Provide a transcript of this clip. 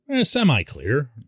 semi-clear